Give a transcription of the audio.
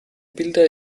bilder